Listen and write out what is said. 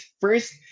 first